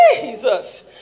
Jesus